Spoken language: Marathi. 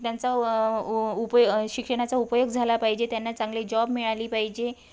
त्यांचा उ उपयो शिक्षणाचा उपयोग झाला पाहिजे त्यांना चांगली जॉब मिळाली पाहिजे